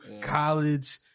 College